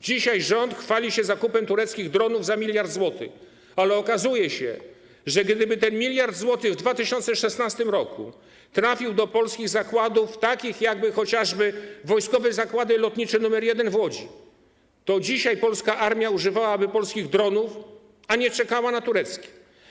Dzisiaj rząd chwali się zakupem tureckich dronów za 1 mld zł, ale okazuje się, że gdyby ten 1 mld zł w 2016 r. trafił do polskich zakładów, takich jak chociażby Wojskowe Zakłady Lotnicze nr 1 w Łodzi, to dzisiaj polska armia używałaby polskich dronów, a nie czekała na tureckie.